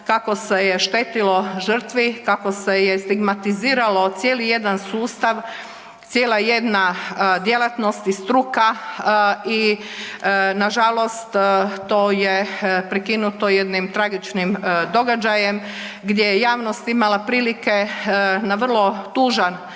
kako se je štetilo žrtvi, kako se stigmatiziralo cijeli jedan sustav, cijela jedna djelatnost i struka i nažalost to je prekinuto jednim tragičnim događajem gdje je javnost imala prilike na vrlo tužan,